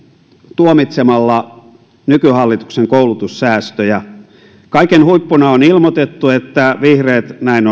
tuomitsemalla nykyhallituksen koulutussäästöjä kaiken huippuna on ilmoitettu että vihreät näin